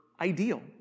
ideal